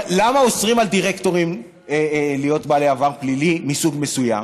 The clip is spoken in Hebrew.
למה אוסרים על דירקטורים להיות בעלי עבר פלילי מסוג מסוים?